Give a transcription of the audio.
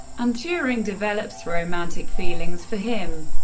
and turing develops romantic feelings for him.